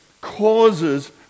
causes